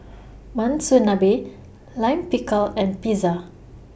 Monsunabe Lime Pickle and Pizza